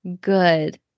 good